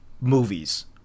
movies